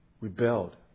rebelled